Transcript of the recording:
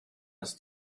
ist